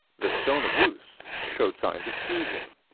the stone of luce showed signs of fusion.